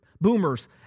boomers